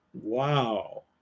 Wow